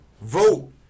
vote